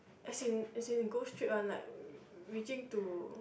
as in as in it go straight one like reaching to